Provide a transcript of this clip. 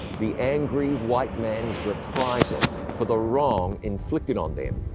the angry white man's reprisal for the wrong inflicted on them